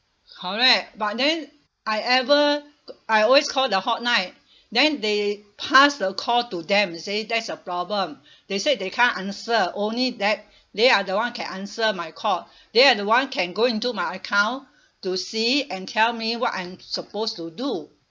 correct but then I ever I always call the hotline then they pass the call to them say there's a problem they said they can't answer only that they are the [one] can answer my call they are the [one] can go into my account to see and tell me what I'm supposed to do